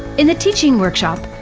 in the teaching workshop,